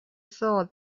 saw